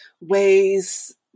ways